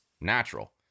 natural